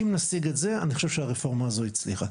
אם נשיג את זה אני חושב שהרפורמה הזו הצליחה,